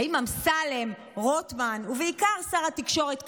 האם אמסלם, רוטמן, ובעיקר שר התקשורת קרעי,